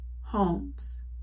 homes